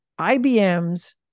IBM's